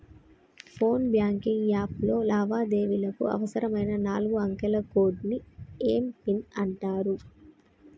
phone banking app లో లావాదేవీలకు అవసరమైన నాలుగు అంకెల కోడ్ని ఏం పిన్ అంటారు